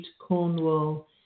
Cornwall